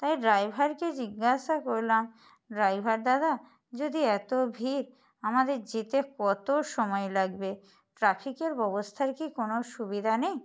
তাই ড্রাইভারকে জিজ্ঞাসা করলাম ড্রাইভার দাদা যদি এত ভিড় আমাদের যেতে কত সময় লাগবে ট্রাফিকের ব্যবস্থার কি কোনো সুবিধা নেই